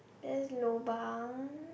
that's lobang